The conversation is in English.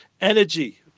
energy